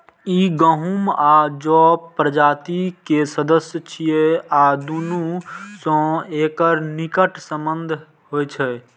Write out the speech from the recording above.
ई गहूम आ जौ प्रजाति के सदस्य छियै आ दुनू सं एकर निकट संबंध होइ छै